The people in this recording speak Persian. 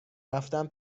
رفتن